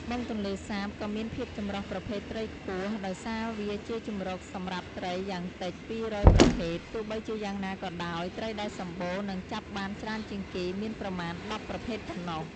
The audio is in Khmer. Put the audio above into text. បឹងទន្លេសាបក៏មានភាពចម្រុះប្រភេទត្រីខ្ពស់ ដោយសារវាជាជម្រកសម្រាប់ត្រីយ៉ាងតិច ២០០ ប្រភេទ ទោះបីជាយ៉ាងណាក៏ដោយ ត្រីដែលសម្បូរ និងចាប់បានច្រើនជាងគេមានប្រមាណ ១០ ប្រភេទប៉ុណ្ណោះ។